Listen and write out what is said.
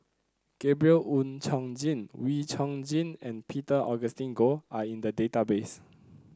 Gabriel Oon Chong Jin Wee Chong Jin and Peter Augustine Goh are in the database